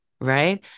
right